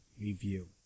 review